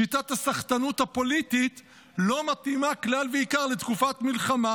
שיטת הסחטנות הפוליטית לא מתאימה כלל ועיקר לתקופת מלחמה.